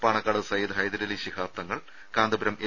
Panakkad Sayyid Hyderali Shihab Thangal Kanthapuram A